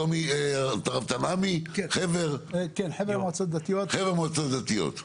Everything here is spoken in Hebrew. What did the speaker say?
שלמי תנעמי חבר מועצות הדתיות.